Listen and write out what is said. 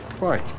right